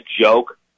joke